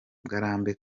ngarambe